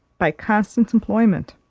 by constant employment.